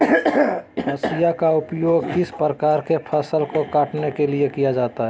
हाशिया का उपयोग किस प्रकार के फसल को कटने में किया जाता है?